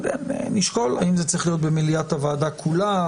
נשקול אם זה צריך להיות במליאת הוועדה כולה,